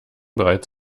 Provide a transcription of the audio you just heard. bereits